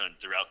throughout